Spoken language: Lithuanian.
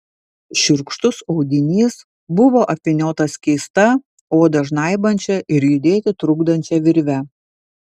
šiurkštus audinys buvo apvyniotas keista odą žnaibančia ir judėti trukdančia virve